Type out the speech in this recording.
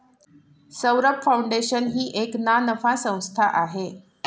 Saurabh foundation ही एक ना नफा संस्था आहे